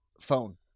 phone